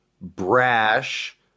brash